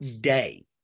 day